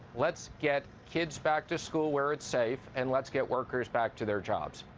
let's get kids back to school where it's safe and let's get workers back to their jobs.